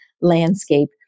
landscape